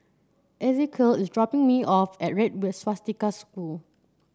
Ezequiel is dropping me off at Red Swastika School